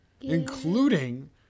including